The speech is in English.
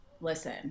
listen